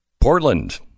Portland